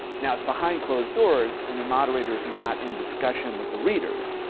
now it's behind closed doors and the moderators are not in discussion with the readers.